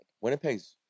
Winnipeg's